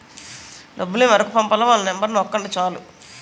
డబ్బు ఎవరికి పంపాలో వాళ్ళ నెంబరు నొక్కండి చాలు